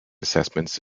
assessments